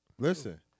Listen